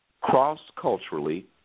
cross-culturally